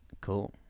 Cool